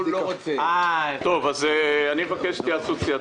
אני מבקש התייעצות סיעתית.